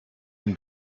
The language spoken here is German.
den